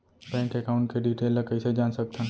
Bank account के detail ल कइसे जान सकथन?